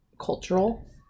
cultural